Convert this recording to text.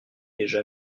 déjà